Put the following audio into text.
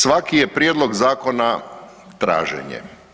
Svaki je prijedlog zakona traženje.